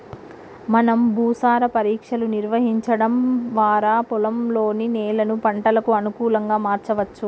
మనం భూసార పరీక్షలు నిర్వహించడం వారా పొలంలోని నేలను పంటలకు అనుకులంగా మార్చవచ్చు